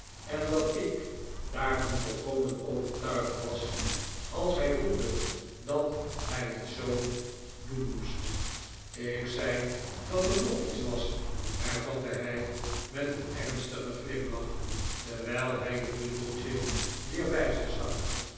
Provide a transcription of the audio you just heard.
en dat ik daarvan volkomen overtuigd was als hij voelde dat hij het zoo doen moest ik zei dat er nog iets was hervatte hij met een ernstigen glimlach terwijl hij het bundeltje weer bij zich stak